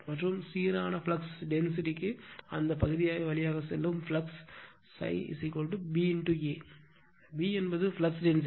மற்றும் சீரான ஃப்ளக்ஸ் டென்சிட்டிக்கு அந்த பகுதி வழியாக செல்லும் ஃப்ளக்ஸ் ∅ B A பி என்பது ஃப்ளக்ஸ் டென்சிட்டி